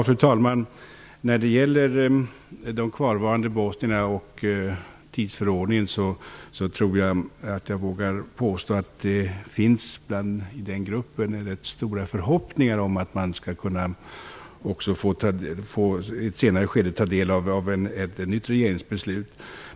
Fru talman! När det gäller tidsförordningen tror jag att jag vågar påstå att det bland de kvarvarande bosnierna finns rätt stora förhoppningar om att man i ett senare skede skall få ta del av ett nytt regeringsbeslut.